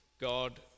God